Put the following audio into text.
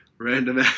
Random